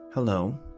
Hello